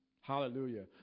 Hallelujah